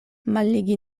malligi